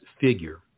figure